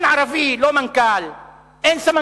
אין מנכ"ל ערבי, אין סמנכ"ל,